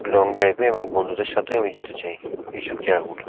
long ড্রাইভে এবং বন্ধুদের সাথে আমি যেতে চাই এইসব জায়গাগুলো